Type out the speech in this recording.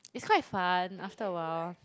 it's quite fun after awhile